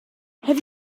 have